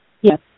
Yes